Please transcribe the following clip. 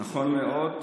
נכון מאוד.